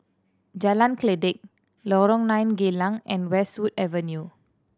Jalan Kledek Lorong Nine Geylang and Westwood Avenue